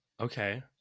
okay